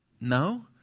No